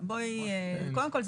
קודם כל,